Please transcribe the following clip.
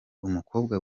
umukobwa